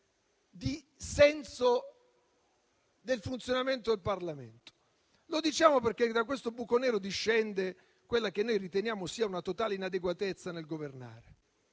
di senso del funzionamento del Parlamento. Lo diciamo perché da questo buco nero discende quella che consideriamo una totale inadeguatezza a governare.